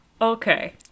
Okay